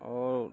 आओर